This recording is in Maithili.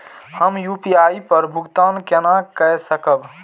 हम यू.पी.आई पर भुगतान केना कई सकब?